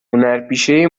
هنرپیشه